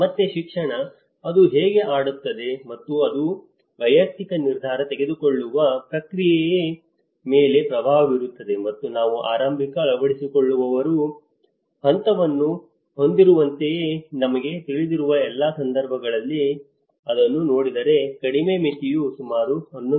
ಮತ್ತೆ ಶಿಕ್ಷಣ ಅದು ಹೇಗೆ ಆಡುತ್ತದೆ ಮತ್ತು ಅದು ವೈಯಕ್ತಿಕ ನಿರ್ಧಾರ ತೆಗೆದುಕೊಳ್ಳುವ ಪ್ರಕ್ರಿಯೆಯ ಮೇಲೆ ಪ್ರಭಾವ ಬೀರುತ್ತದೆ ಮತ್ತು ನಾವು ಆರಂಭಿಕ ಅಳವಡಿಸಿಕೊಳ್ಳುವವರು ಹಂತವನ್ನು ಹೊಂದಿರುವಂತೆ ನಿಮಗೆ ತಿಳಿದಿರುವ ಎಲ್ಲಾ ಸಂದರ್ಭಗಳಲ್ಲಿ ಅದನ್ನು ನೋಡಿದರೆ ಕಡಿಮೆ ಮಿತಿಯು ಸುಮಾರು 11